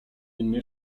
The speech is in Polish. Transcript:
innej